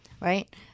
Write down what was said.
Right